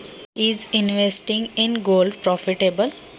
सोन्यामध्ये गुंतवणूक फायदेशीर आहे का?